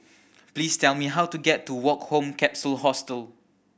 please tell me how to get to Woke Home Capsule Hostel